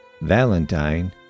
Valentine